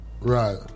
Right